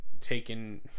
taken